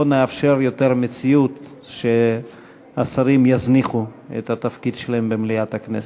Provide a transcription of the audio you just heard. לא נאפשר יותר מציאות שהשרים יזניחו את התפקיד שלהם במליאת הכנסת.